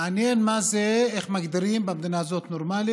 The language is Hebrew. מעניין מה זה, איך מגדירים במדינה הזאת "נורמלי"